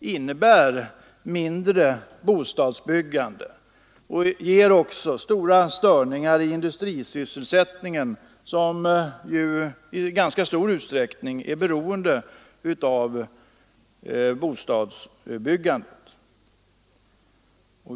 innebär mindre bostadsbyggande och ger även stora störningar i industrisysselsättningen, som ju i ganska stor utsträckning är beroende av bostadsbyggandet.